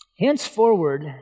Henceforward